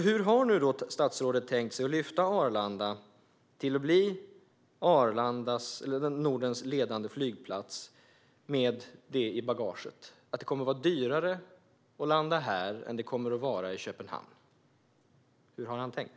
Hur har nu statsrådet tänkt sig att lyfta fram Arlanda till att bli Nordens ledande flygplats med det i bagaget att det kommer att bli dyrare att landa här än att landa i Köpenhamn. Hur har han tänkt?